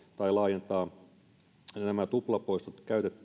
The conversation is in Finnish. tai laajentaa nämä tuplapoistot